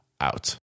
out